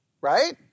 right